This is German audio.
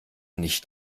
nicht